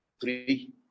Three